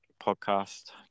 podcast